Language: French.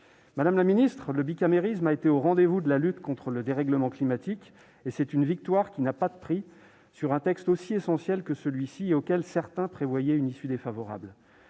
Madame la ministre, le bicamérisme a été au rendez-vous de la lutte contre le dérèglement climatique. C'est une victoire qui n'a pas de prix, surtout sur un texte aussi essentiel, auquel d'aucuns prédisaient une issue défavorable.